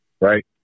Right